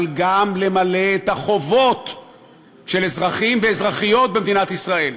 אבל גם למלא את החובות של אזרחים ואזרחיות במדינת ישראל.